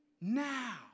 now